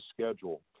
schedule